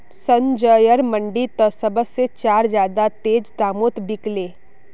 संजयर मंडी त सब से चार ज्यादा तेज़ दामोंत बिकल्ये